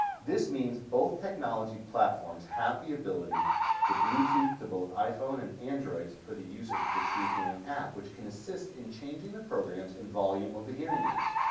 this means both technology platforms have the ability to bluetooth to both iphone and androids for the use of the truhearing app which can assist in changing the programs and volume of the hearing aids.